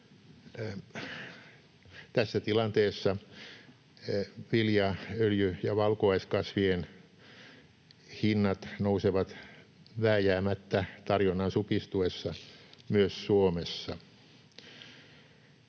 Tässä tilanteessa vilja‑, öljy- ja valkuaiskasvien hinnat nousevat vääjäämättä tarjonnan supistuessa myös Suomessa.